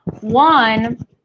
One